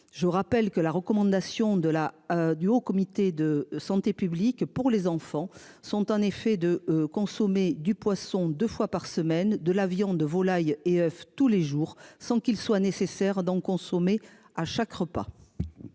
rappelle que la recommandation de la du Haut comité de santé publique pour les enfants sont en effet de consommer du poisson 2 fois par semaine, de la viande de volaille et tous les jours sans qu'il soit nécessaire d'en consommer à chaque repas.